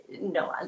No